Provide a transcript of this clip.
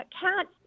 cats